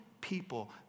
people